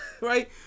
right